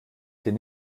denn